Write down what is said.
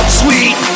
sweet